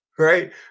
right